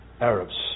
Arabs